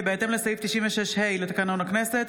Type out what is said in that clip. כי בהתאם לסעיף 96(ה) לתקנון הכנסת,